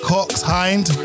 Cox-Hind